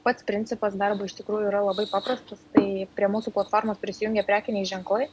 pats principas darbo iš tikrųjų yra labai paprastas tai prie mūsų platformos prisijungia prekiniai ženklai